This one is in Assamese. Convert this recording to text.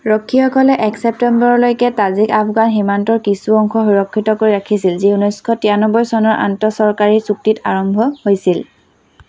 ৰক্ষীসকলে এক ছেপ্টেম্বৰলৈকে তাজিক আফগান সীমান্তৰ কিছু অংশ সুৰক্ষিত কৰি ৰাখিছিল যি ঊনৈছশ তিৰান্নবৈ চনৰ আন্তঃচৰকাৰী চুক্তিত আৰম্ভ হৈছিল